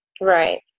Right